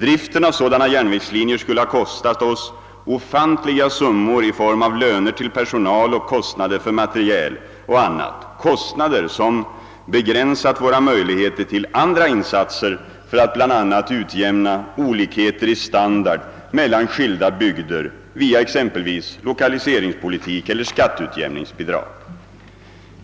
Driften av sådana järnvägslinjer skulle ha kostat oss ofantliga summor i form av löner till personal och kostnader för materiel och annat — kostnader som begränsat våra möjligheter till andra insatser för att bl.a. utjämna olikheter i standard mellan skilda bygder via exempelvis lokaliseringspolitik eller skatteutjämningsbidrag.